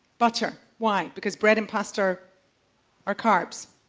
butter. why? because bread and pasta are carbs.